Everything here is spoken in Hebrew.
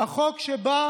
חופשת החגים,